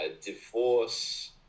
divorce